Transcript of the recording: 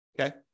Okay